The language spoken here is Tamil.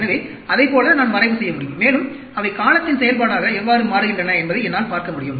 எனவே அதைப் போல நான் வரைவு செய்ய முடியும் மேலும் அவை காலத்தின் செயல்பாடாக எவ்வாறு மாறுகின்றன என்பதை என்னால் பார்க்க முடியும்